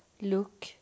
Look